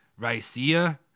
ricea